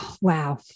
wow